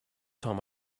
time